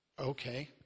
Okay